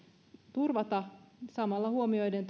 turvata samalla huomioiden